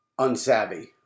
unsavvy